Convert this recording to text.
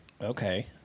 Okay